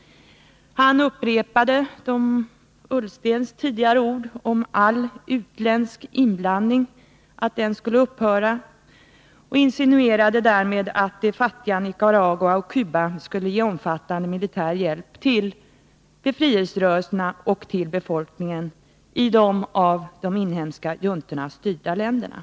Han upprepade Ola Ullstens tidigare ord om att all utländsk inblandning skulle upphöra och insinuerade därmed att de fattiga länderna Nicaragua och Cuba skulle ge omfattande militär hjälp till befrielserörelserna och till befolkningen i de av de inhemska juntorna styrda länderna.